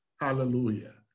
Hallelujah